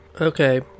Okay